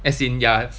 as in ya